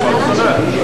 לעניין החיילים המשוחררים.